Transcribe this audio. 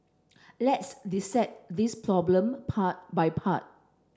let's dissect this problem part by part